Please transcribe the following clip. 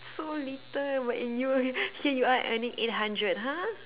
so little but and you here you are earning eight hundred !huh!